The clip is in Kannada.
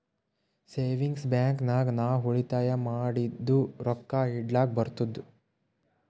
ಸೇವಿಂಗ್ಸ್ ಬ್ಯಾಂಕ್ ನಾಗ್ ನಾವ್ ಉಳಿತಾಯ ಮಾಡಿದು ರೊಕ್ಕಾ ಇಡ್ಲಕ್ ಬರ್ತುದ್